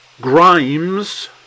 Grimes